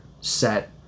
set